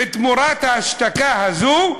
ותמורת ההשתקה הזו,